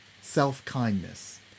self-kindness